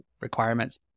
requirements